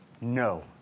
No